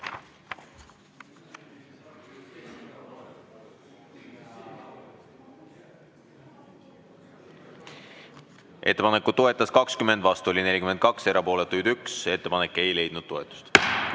Ettepanekut toetas 20, vastu oli 42, erapooletuid 1. Ettepanek ei leidnud toetust.